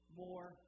more